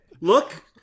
Look